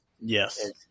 Yes